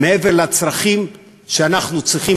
מעבר לצרכים שאנחנו צריכים